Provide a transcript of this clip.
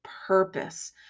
purpose